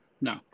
No